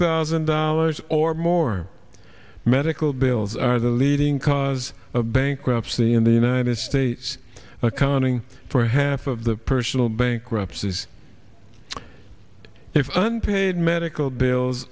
thousand dollars or more medical bills are the leading cause of bankruptcy in the united states accounting for half of the personal bankruptcies if one paid medical bills